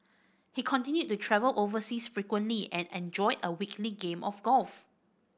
he continued to travel overseas frequently and enjoyed a weekly game of golf